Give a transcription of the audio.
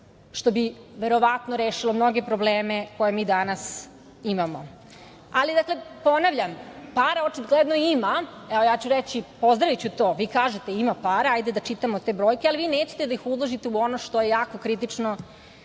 što bi verovatno rešilo mnoge probleme koje mi danas imamo. Ali, dakle, ponavljam, para očigledno ima. Evo ja ću reći, pozdraviću to, kažete ima para, ajde da čitamo te brojke, ali vi nećete da ih uložite u ono što je jako kritično